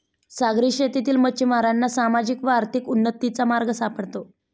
सागरी शेतीतील मच्छिमारांना सामाजिक व आर्थिक उन्नतीचा मार्ग सापडतो